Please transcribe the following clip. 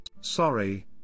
Sorry